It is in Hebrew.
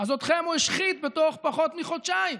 אז אתכם הוא השחית בתוך פחות מחודשיים.